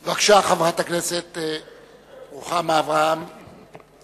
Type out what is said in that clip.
בבקשה, חברת הכנסת רוחמה אברהם-בלילא.